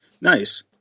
Nice